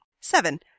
Seven